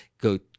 go